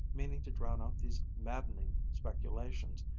meaning to drown out these maddening speculations,